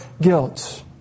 guilt